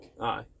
Aye